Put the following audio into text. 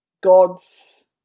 God's